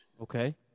Okay